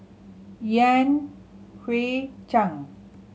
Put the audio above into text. Yan Hui Chang